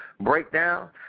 breakdown